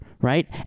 Right